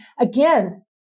again